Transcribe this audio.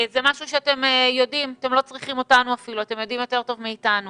ובעניין הזה אתם לא צריכים אותנו כי אתם יודעים יותר טוב מאיתנו.